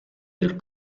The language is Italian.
del